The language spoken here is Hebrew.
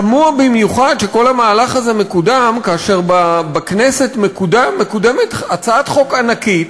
תמוה במיוחד שכל המהלך הזה מקודם כאשר בכנסת מקודמת הצעת חוק ענקית,